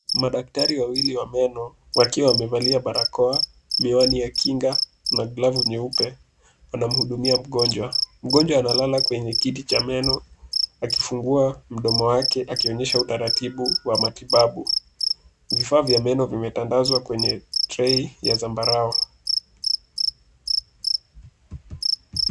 Madaktari wawili wa meno wakiwa wamevalia barakoa, miwani ya kinga na glavu nyeupe wanamhudumia mgonjwa. Mgonjwa analala kwenye kiti cha meno akifungua mdomo wake akionyesha utaratibu wa matibabu. Vifaa vya meno vimetandazwa kwenye trei ya zambarau.